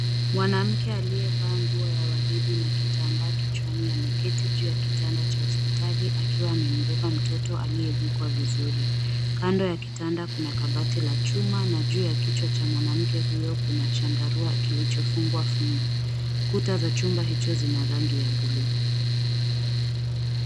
Mwanamke aliyevaa nguo ya waridi na kitambaa kichwani, ameketi juu ya kitanda cha hospitali akiwa amembeba mtoto aliye vikwa vizuri. Kando ya kitanda kuna kabati la chuma na juu ya kichwa cha mwanamke huyo kuna chandarua kilochofungwa fundo. Kuta za chumba hicho zina rangi ya buluu.